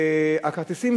הכרטיסים,